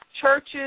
churches